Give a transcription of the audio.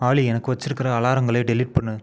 ஆலி எனக்கு வைச்சிருக்கிற அலாரங்களை டெலீட் பண்ணு